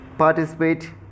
participate